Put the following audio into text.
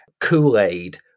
Kool-Aid